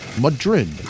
Madrid